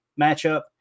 matchup